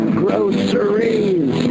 groceries